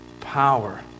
Power